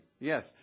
Yes